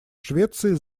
швеции